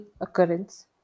occurrence